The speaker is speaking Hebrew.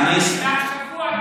והשבוע,